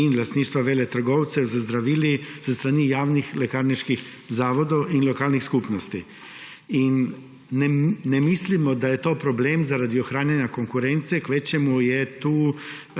in lastništva veletrgovcev z zdravili s strani javnih lekarniških zavodov in lokalnih skupnosti. Ne mislimo, da je to problem zaradi ohranjanja konkurence, kvečjemu je to